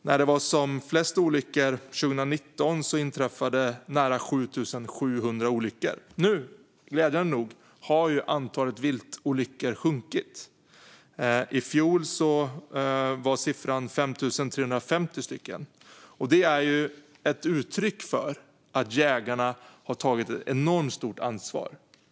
2019, när det var som värst, inträffade nära 7 700 olyckor. Nu har antalet viltolyckor glädjande nog sjunkit. I fjol var siffran 5 350. Det är ett uttryck för att jägarna tagit ett enormt stort ansvar.